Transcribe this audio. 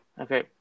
Okay